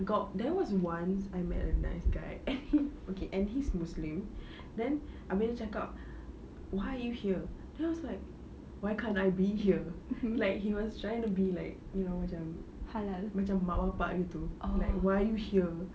got there was once I met a nice guy and he okay and he's muslim then abeh dia cakap why are you here then I was like why can't I be here like he was trying to be like you know macam mak bapak gitu like why are you here